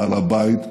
על הבית הזה.